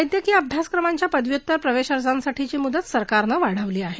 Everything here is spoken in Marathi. वस्कीय अभ्यासक्रमांच्या पदव्युत्तर प्रवेश अर्जांसाठीची मुद्त सरकारनं वाढवली आहे